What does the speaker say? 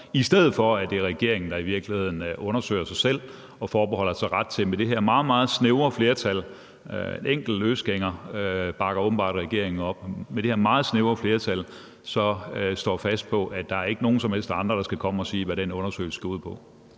i stedet for at det er regeringen, der i virkeligheden undersøger sig selv, og som med det her meget, meget snævre flertal – en enkelt løsgænger bakker åbenbart også regeringen op – forbeholder sig retten til at stå fast på, at der ikke er nogen som helst andre, der skal komme og sige, hvad den undersøgelse skal gå ud på?